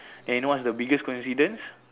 then what is the biggest coincidence